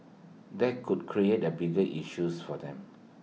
that could create the bigger issues for them